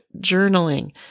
journaling